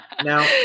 Now